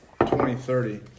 2030